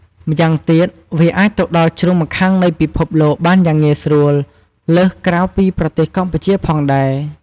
ម្យ៉ាងទៀតវាអាចទៅដល់ជ្រុងម្ខាងនៃពិភពលោកបានយ៉ាងងាយស្រួលលើសក្រៅពីប្រទេសកម្ពុជាផងដែរ។